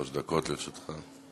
אדוני, שלוש דקות לרשותך.